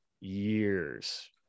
years